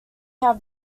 have